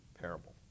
parable